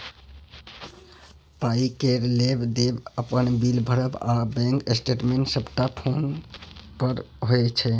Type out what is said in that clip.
पाइ केर लेब देब, अपन बिल भरब आ बैंक स्टेटमेंट सबटा फोने पर होइ छै